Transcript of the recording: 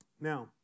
Now